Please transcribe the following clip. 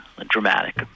dramatic